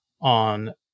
on